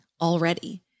already